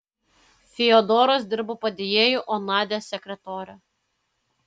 fiodoras dirbo padėjėju o nadia sekretore